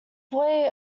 boy